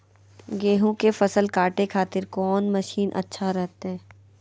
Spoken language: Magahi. गेहूं के फसल काटे खातिर कौन मसीन अच्छा रहतय?